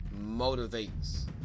motivates